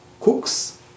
cooks